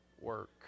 work